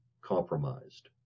compromised